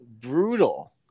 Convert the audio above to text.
brutal